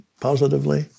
positively